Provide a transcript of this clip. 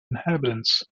inhabitants